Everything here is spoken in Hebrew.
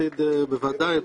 בעתיד בוודאי,